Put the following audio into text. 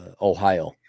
Ohio